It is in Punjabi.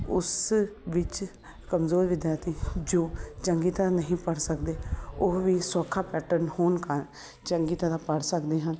ਉਸ ਵਿੱਚ ਕਮਜ਼ੋਰ ਵਿਦਿਆਰਥੀ ਜੋ ਚੰਗੀ ਤਰ੍ਹਾਂ ਨਹੀਂ ਪੜ੍ਹ ਸਕਦੇ ਉਹ ਵੀ ਸੌਖਾ ਪੈਟਰਨ ਹੋਣ ਕਾਰਨ ਚੰਗੀ ਤਰ੍ਹਾਂ ਪੜ੍ਹ ਸਕਦੇ ਹਨ